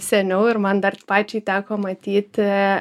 seniau ir man dar pačiai teko matyti